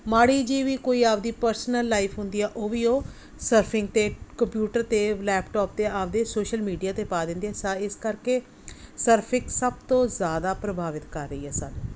ਮਾੜੀ ਜਿਹੀ ਵੀ ਕੋਈ ਆਪਣੀ ਪਰਸਨਲ ਲਾਈਫ ਹੁੰਦੀ ਆ ਉਹ ਵੀ ਉਹ ਸਰਫਿੰਗ 'ਤੇ ਕੰਪਿਊਟਰ 'ਤੇ ਲੈਪਟੋਪ 'ਤੇ ਆਪਣੇ ਸੋਸ਼ਲ ਮੀਡੀਆ 'ਤੇ ਪਾ ਦਿੰਦੇ ਆ ਸਾ ਇਸ ਕਰਕੇ ਸਰਫਿਕਸ ਸਭ ਤੋਂ ਜ਼ਿਆਦਾ ਪ੍ਰਭਾਵਿਤ ਕਰ ਰਹੀ ਆ ਸਾਨੂੰ